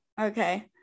Okay